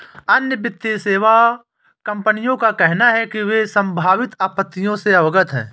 अन्य वित्तीय सेवा कंपनियों का कहना है कि वे संभावित आपत्तियों से अवगत हैं